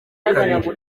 kabiri